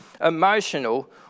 emotional